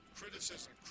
criticism